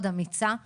אמיצה מאוד.